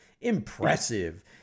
Impressive